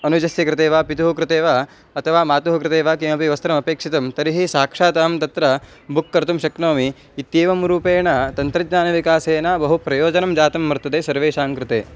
अनुजस्य कृते वा पितुः कृते वा अथवा मातुः कृते वा किमपि वस्त्रमपेक्षितं तर्हि साक्षात् अहं तत्र बुक् कर्तुं शक्नोमि इत्येवं रूपेण तन्त्रज्ञानविकासेन बहु प्रयोजनं जातं वर्तते सर्वेषां कृते